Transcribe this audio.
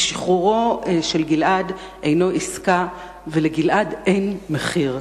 כי שחרורו של גלעד אינו עסקה ולגלעד אין מחיר.